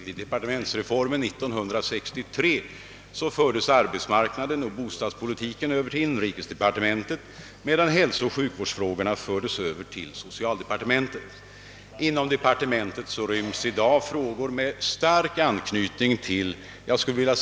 Vid departementsreformen 1963 fördes arbetsmarknaden och bostadspolitiken över till inrikesdepartementet, medan hälsooch sjukvårdsfrågorna överfördes = till = socialdepartementet, inom vilket departement i dag ryms frågor med stark anknytning till hälsosidan.